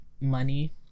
money